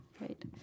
right